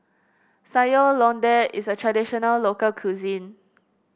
Sayur Lodeh is a traditional local cuisine